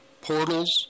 portals